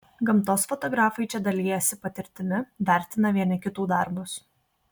gamtos fotografai čia dalijasi patirtimi vertina vieni kitų darbus